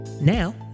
now